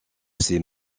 ces